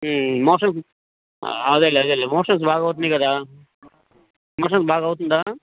motions అదేలే అదేలే motions బాగా అవుతున్నాయి కదా మోషన్స్ బాగా అవుతుందా